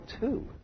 two